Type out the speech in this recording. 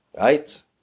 Right